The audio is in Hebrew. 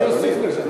אני אוסיף לך.